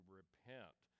repent